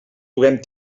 puguem